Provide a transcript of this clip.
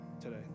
today